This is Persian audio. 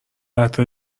عطر